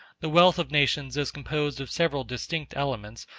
the wealth of nations is composed of several distinct elements,